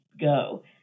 go